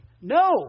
No